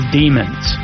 demons